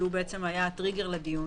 שהוא בעצם היה הטריגר לדיון.